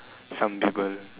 some people